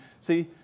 see